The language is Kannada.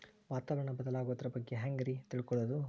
ವಾತಾವರಣ ಬದಲಾಗೊದ್ರ ಬಗ್ಗೆ ಹ್ಯಾಂಗ್ ರೇ ತಿಳ್ಕೊಳೋದು?